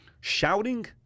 Shouting